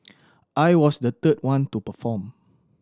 I was the third one to perform